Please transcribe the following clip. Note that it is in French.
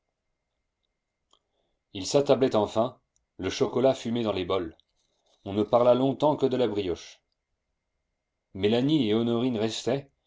ils s'attablaient enfin le chocolat fumait dans les bols on ne parla longtemps que de la brioche mélanie et honorine restaient